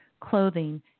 clothing